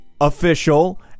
official